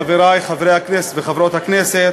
חברי חברי הכנסת וחברות הכנסת,